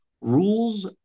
Rules